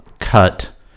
cut